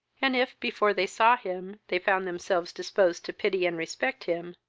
and if, before they saw him, they found themselves disposed to pity and respect him,